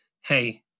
hey